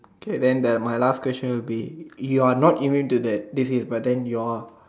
okay then the my last question will be you are not immune to the disease but then you're